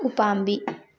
ꯎꯄꯥꯝꯕꯤ